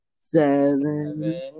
Seven